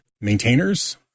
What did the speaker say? maintainers